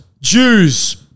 Jews